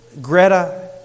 Greta